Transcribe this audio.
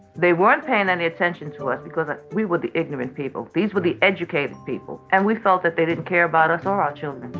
they weren't paying any attention to us because we were the ignorant people. these were the educated people. and we felt that they didn't care about us or our children